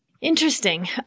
Interesting